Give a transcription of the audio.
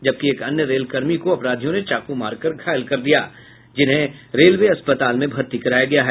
जबकि एक अन्य रेलकर्मी को अपराधियों ने चाकू मारकर घायल कर दिया है जिन्हें रेलवे अस्पताल में भर्ती कराया गया है